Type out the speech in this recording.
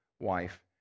wife